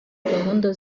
gahunda